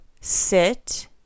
sit